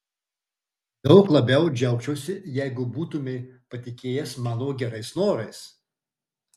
daug labiau džiaugčiausi jeigu būtumei patikėjęs mano gerais norais